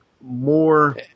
more